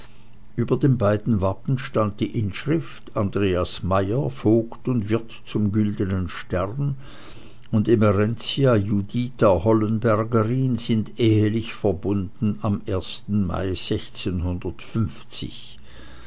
über den beiden wappen stand die inschrift andreas mayer vogt und wirt zum gülden stern und emerentia juditha hollenbergerin sind ehlich verbunden am mai